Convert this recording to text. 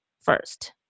first